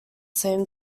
same